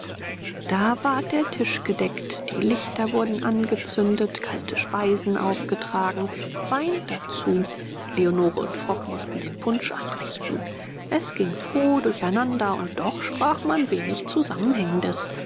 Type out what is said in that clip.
da ward der tisch gedeckt die lichter wurden angezündet kalte speisen aufgetragen wein dazu leonore und frock mußten den punsch anrichten es ging froh durch einander und doch sprach man wenig zusammenhängendes